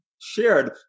shared